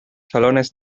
salones